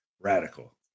radical